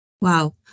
Wow